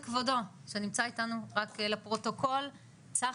כן, צחי.